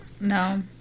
no